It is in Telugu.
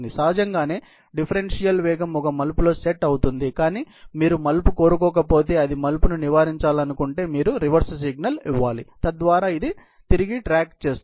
సహజంగానే డిఫరెన్షియల్ వేగం ఒక మలుపులో సెట్ అవుతుంది కానీ మీరు మలుపు కోరుకోకపోతే లేదా మలుపును నివారించాలనుకుంటే మీరు రివర్స్ సిగ్నల్ ఇవ్వాలి తద్వారా ఇది తిరిగి ట్రాక్ చేస్తుంది